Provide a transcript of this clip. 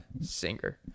singer